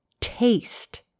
taste